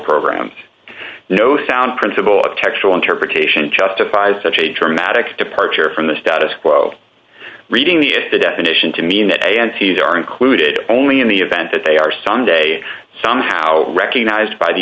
programs no sound principle of textual interpretation justifies such a dramatic departure from the status quo reading the the definition to mean a and t s are included only in the event that they are sunday somehow recognized by the